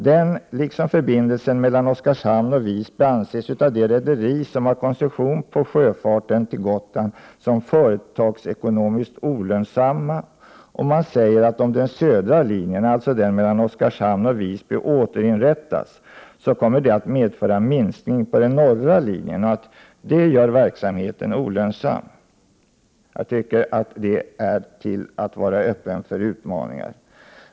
Den, liksom förbindelsen mellan Oskarshamn och Visby, anses av det rederi som har koncession på sjöfarten till Gotland som företagsekonomiskt olönsam. Man säger att om den södra linjen — alltså den mellan Oskarshamn och Visby — återinrättas, så kommer det att medföra en minskning på den norra linjen och att detta gör verksamheten olönsam. Det är till att vara öppen för utmaningar!